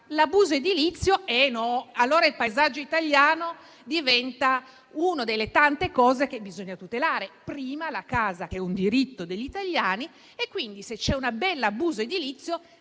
l'abuso edilizio e allora il paesaggio italiano diventa una delle tante cose che bisogna tutelare. Prima la casa, che è un diritto degli italiani, e quindi se c'è un bell'abuso edilizio